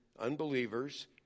unbelievers